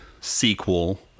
sequel